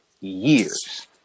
years